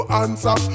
answer